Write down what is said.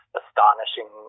astonishing